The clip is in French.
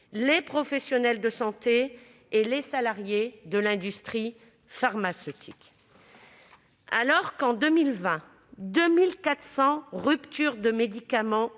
les professionnels de santé et les salariés de l'industrie pharmaceutique. Alors que 2 400 ruptures de médicaments